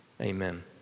amen